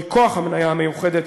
מכוח המניה המיוחדת,